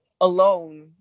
alone